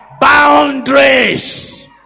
Boundaries